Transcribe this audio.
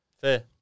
fair